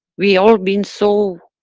we all been so,